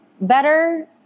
better